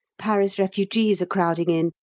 paris refugees are crowding in,